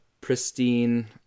pristine